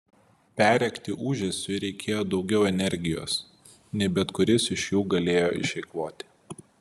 perrėkti ūžesiui reikėjo daugiau energijos nei bet kuris iš jų galėjo išeikvoti